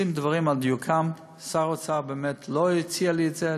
יש לשים דברים על דיוקם: שר האוצר באמת לא הציע לי את זה.